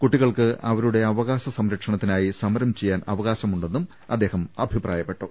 കുട്ടികൾക്ക് അവരുടെ അവകാശ സംരക്ഷണത്തിനായി സമരം ചെയ്യാനവകാശമുണ്ടെന്നും അദ്ദേഹം അഭിപ്രായപ്പെട്ടു